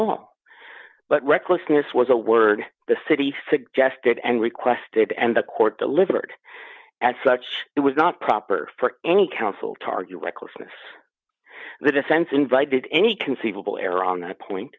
all but recklessness was a word the city suggested and requested and the court delivered as such it was not proper for any counsel to argue recklessness the defense invited any conceivable error on that point